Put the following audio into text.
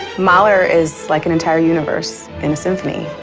mahler is like an entire universe and symphony.